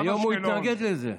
היום הוא התנגד לזה.